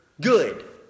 good